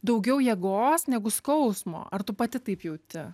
daugiau jėgos negu skausmo ar tu pati taip jauti